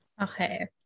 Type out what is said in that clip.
Okay